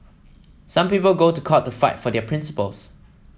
some people go to court to fight for their principles